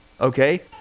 Okay